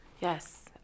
yes